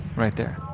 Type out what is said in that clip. right there.